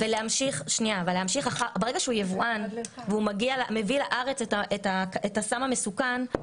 ברגע שהוא יבואן והוא מביא לארץ את הסם המסוכן,